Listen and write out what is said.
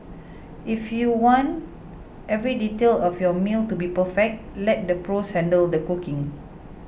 if you want every detail of your meal to be perfect let the pros handle the cooking